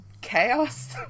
chaos